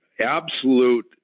absolute